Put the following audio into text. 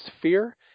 fear